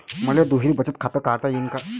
मले दुहेरी बचत खातं काढता येईन का?